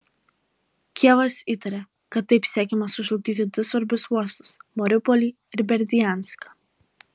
kijevas įtaria kad taip siekiama sužlugdyti du svarbius uostus mariupolį ir berdianską